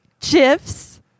GIFs